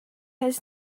had